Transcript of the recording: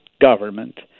government